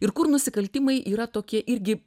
ir kur nusikaltimai yra tokie irgi